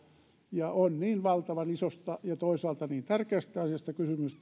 on niin valtavan isosta ja toisaalta niin tärkeästä asiasta kysymys